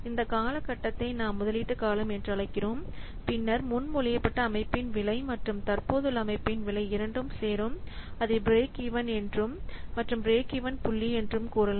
இந்த காலகட்டத்தை நாம் முதலீட்டு காலம் என்று அழைக்கிறோம் பின்னர் முன்மொழியப்பட்ட அமைப்பின் விலை மற்றும் தற்போதுள்ள அமைப்பின் விலை இரண்டும் சேரும் அதை பிரேக் ஈவன் என்றும் மற்றும் பிரேக் ஈவன் புள்ளி என்றும் கூறலாம்